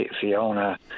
Fiona